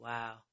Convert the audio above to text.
Wow